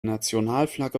nationalflagge